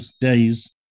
days